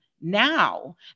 now